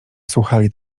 słuchali